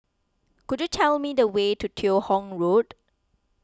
could you tell me the way to Teo Hong Road